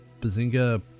Bazinga